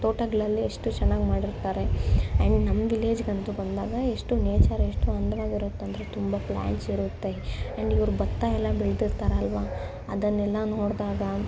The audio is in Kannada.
ತೋಟಗಳಲ್ಲಿ ಎಷ್ಟು ಚೆನ್ನಾಗಿ ಮಾಡಿರ್ತಾರೆ ಆ್ಯಂಡ್ ನಮ್ಮ ವಿಲೇಜ್ಗಂತೂ ಬಂದಾಗ ಎಷ್ಟು ನೇಚರ್ ಎಷ್ಟು ಅಂದವಾಗಿರುತ್ತಂದ್ರೆ ತುಂಬ ಪ್ಲಾಂಟ್ಸಿರುತ್ತೆ ಆ್ಯಂಡ್ ಇವ್ರು ಭತ್ತ ಎಲ್ಲ ಬೆಳೆದಿರ್ತಾರಲ್ವಾ ಅದನ್ನೆಲ್ಲ ನೋಡಿದಾಗ